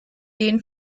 den